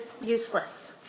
useless